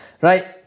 Right